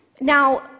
Now